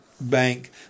bank